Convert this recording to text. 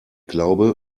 glaube